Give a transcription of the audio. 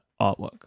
artwork